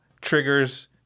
triggers